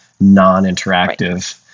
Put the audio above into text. non-interactive